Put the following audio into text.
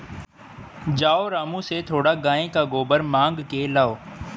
जाओ रामू से थोड़ा गाय का गोबर मांग के लाओ